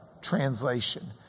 translation